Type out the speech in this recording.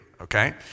okay